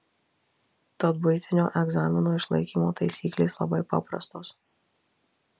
tad buitinio egzamino išlaikymo taisyklės labai paprastos